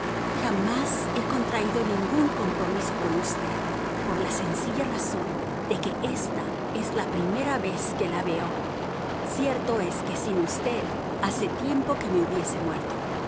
jamás he contraído ningún compromiso con usted por la sencilla razón de que ésta es la primera vez que la veo cierto es que sin usted hace tiempo que me hubiese muerto